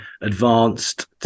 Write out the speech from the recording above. advanced